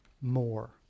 more